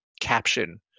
Caption